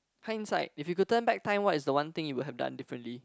hindsight if you could turn back time what is the one thing you will have done differently